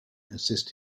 assist